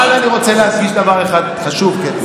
אבל אני רוצה להדגיש דבר חשוב אחד,